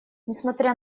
несмотря